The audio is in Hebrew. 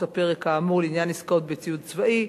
הפרק האמור לעניין עסקאות בציוד צבאי,